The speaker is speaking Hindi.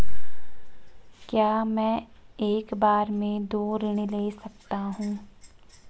क्या मैं एक बार में दो ऋण ले सकता हूँ?